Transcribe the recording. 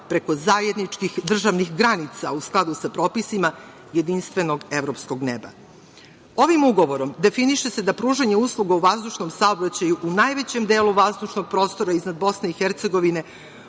preko zajedničkih državnih granica u skladu sa propisima jedinstvenog evropskog neba. Ovim ugovorom definiše se da pružanje usluga u vazdušnom saobraćaju u najvećem delu vazdušnog prostora iznad BiH obavlja